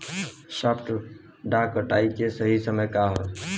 सॉफ्ट डॉ कटाई के सही समय का ह?